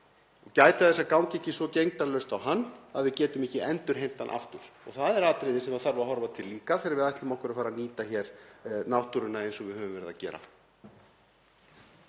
og gæta þess að ganga ekki svo gegndarlaust á hann að við getum ekki endurheimt hann aftur. Það er atriði sem þarf líka að horfa til þegar við ætlum okkur að fara að nýta náttúruna hér eins og við höfum verið að gera.